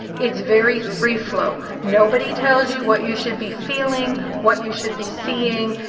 it's very free-flow. nobody tells you what you should be feeling, what you should be seeing,